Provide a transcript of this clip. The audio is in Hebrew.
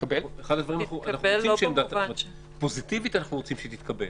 תתקבל לא במובן של --- פוזיטיבית אנחנו רוצים שהיא תתקבל.